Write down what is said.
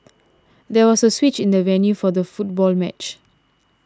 there was a switch in the venue for the football match